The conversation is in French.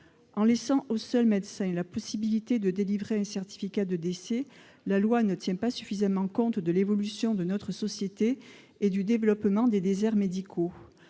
En laissant aux seuls médecins la possibilité de délivrer un certificat de décès, la loi ne tient pas suffisamment compte de l'évolution de notre société et du développement des déserts médicaux.